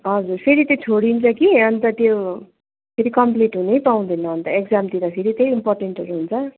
हजुर फेरि त्यो छोडिन्छ कि अनि त त्यो फेरि कम्प्लिट हुनै पाउँदैन अनि त एक्जामतिर फेरि त्यही इम्पोर्टेन्टहरू हुन्छ